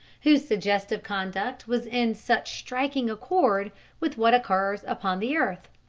whose suggestive conduct was in such striking accord with what occurs upon the earth.